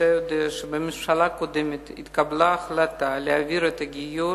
אתה יודע שבממשלה הקודמת התקבלה החלטה להעביר את הגיור